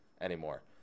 anymore